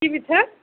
কি পিঠা